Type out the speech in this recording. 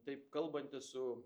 taip kalbantis su